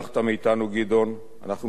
אנחנו מתכנסים במליאת הכנסת,